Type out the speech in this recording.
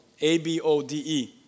A-B-O-D-E